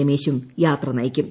രമേശും യാത്ര നയിക്കും